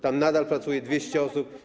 Tam nadal pracuje 200 osób.